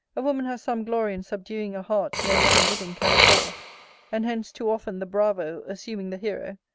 a woman has some glory in subduing a heart no man living can appall and hence too often the bravo, assuming the hero,